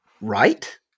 right